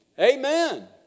Amen